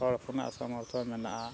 ᱦᱚᱲ ᱦᱚᱯᱚᱱᱟᱜ ᱥᱚᱢᱚᱨᱛᱷᱚᱱ ᱢᱮᱱᱟᱜᱼᱟ